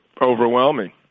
overwhelming